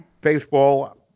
baseball